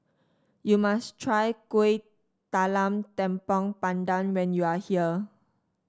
you must try Kuih Talam Tepong Pandan when you are here